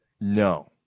no